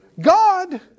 God